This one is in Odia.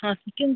ହଁ